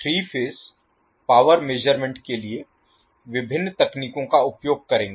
3 phase power measurement के लिए विभिन्न तकनीकों का उपयोग करेंगे